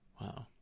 Wow